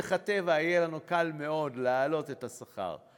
מדרך הטבע יהיה לנו קל מאוד להעלות את השכר.